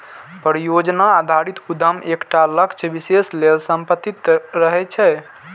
परियोजना आधारित उद्यम एकटा लक्ष्य विशेष लेल समर्पित रहै छै